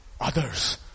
others